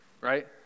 Right